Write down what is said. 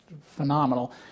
phenomenal